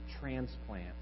transplant